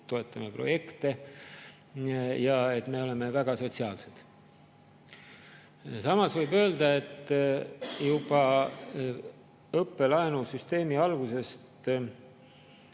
toetame projekte ja me oleme väga sotsiaalsed. Samas võib öelda, et juba õppelaenusüsteemi alguses